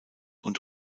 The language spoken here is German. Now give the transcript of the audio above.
und